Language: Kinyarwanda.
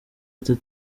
ati